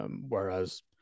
Whereas